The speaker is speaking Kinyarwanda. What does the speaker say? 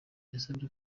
yasabye